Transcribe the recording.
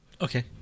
Okay